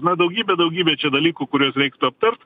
na daugybė daugybė dalykų kuriuos reiktų aptart